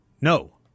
no